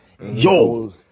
Yo